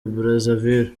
brazzaville